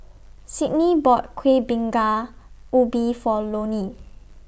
Sydnie bought Kuih Bingka Ubi For Lonie